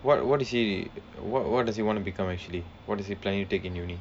what what is he what what does he want to become actually what is he planning to take in uni